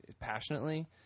passionately